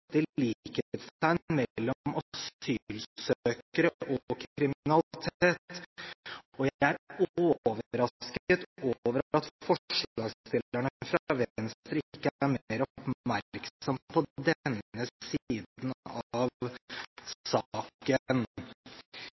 likhetstegn mellom asylsøkere og kriminalitet, og jeg er overrasket over at forslagsstillerne fra Venstre ikke er mer oppmerksomme på denne siden av